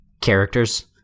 characters